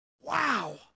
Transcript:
Wow